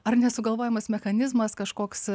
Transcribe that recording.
ar nesugalvojamas mechanizmas kažkoks